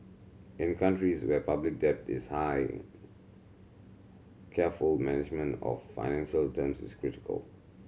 in countries where public debt is high careful management of financing terms is critical